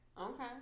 Okay